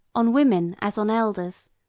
on women as on elders,